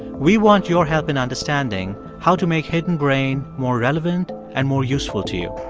we want your help in understanding how to make hidden brain more relevant and more useful to you.